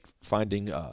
finding